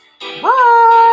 Bye